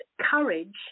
courage